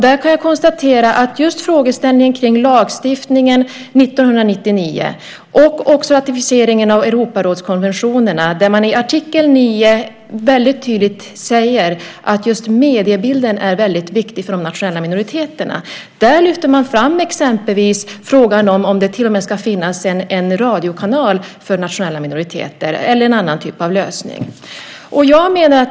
Det gäller just lagstiftningen från 1999 och ratificeringen av Europarådskonventionen, där man i artikel 9 tydligt säger att just mediebilden är väldigt viktig för de nationella minoriteterna. Där lyfter man fram frågan om det till och med ska finnas en radiokanal för nationella minoriteter, eller om man ska ha en annan typ av lösning.